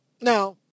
Now